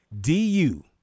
DU